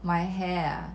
my hair ah